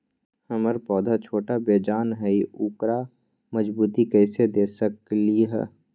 हमर पौधा छोटा बेजान हई उकरा मजबूती कैसे दे सकली ह?